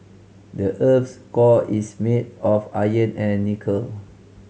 the earth's core is made of iron and nickel